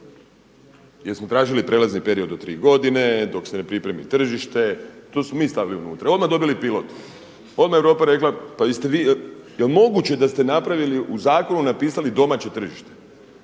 Jer smo tražili prijelazni period od tri godine dok se ne pripremi tržište, to smo mi stavili unutra. I odmah dobili pilot, odmah je Europa rekla pa jel' ste vi, pa jel' moguće da ste napravili, u zakonu napisali domaće tržište.